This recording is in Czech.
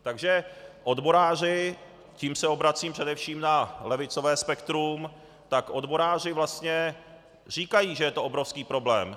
Takže odboráři tím se obracím především na levicové spektrum odboráři vlastně říkají, že je to obrovský problém.